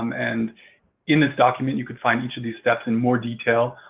um and in this document you can find each of these steps in more detail